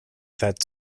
that